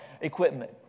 equipment